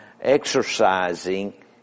exercising